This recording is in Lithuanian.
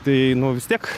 tai nu vis tiek